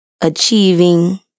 achieving